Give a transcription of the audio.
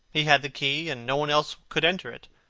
he had the key, and no one else could enter it.